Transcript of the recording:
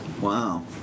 Wow